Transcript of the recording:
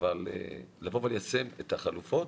ליישם את החלופות,